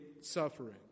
suffering